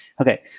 Okay